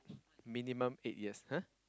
minimum eight years